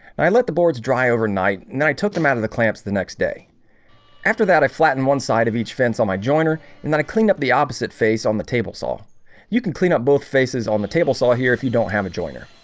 and i let the boards dry overnight and i took them out of the clamps the next day after that i flatten one side of each fence on my jointer and then i cleaned up the opposite face on the table saw you can clean up both faces on the table saw here if you don't have a jointer